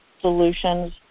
solutions